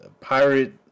Pirate